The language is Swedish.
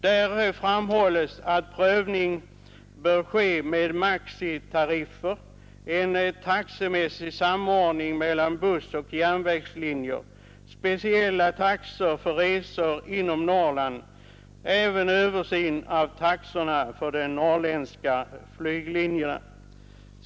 Där framhålles att prövning bör ske med maximitariffer, en taxemässig samordning mellan bussoch järnvägsresor, speciella taxor för resor inom Norrland och även översyn av taxorna på de norrländska flyglinjerna.